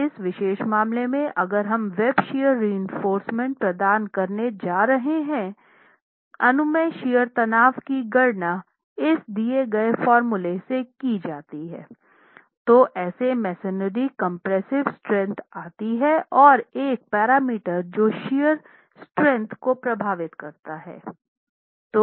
तो इस विशेष मामले में अगर हम वेब शियर रीइनफोर्रसमेंट प्रदान करने जा रहे हैं अनुमेय शियरतनाव की गणना की जाती है तो ऐसे मेसनरी कंप्रेसिव स्ट्रेंथ आती हैं और एक पैरामीटर जो शियर स्ट्रेंथ को प्रभावित करता है